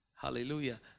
Hallelujah